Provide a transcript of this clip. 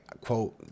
quote